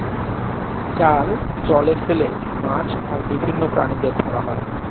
জাল জলে ফেলে মাছ আর বিভিন্ন প্রাণীদের ধরা হয়